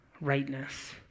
rightness